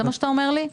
זה מה שאתה אומר לי?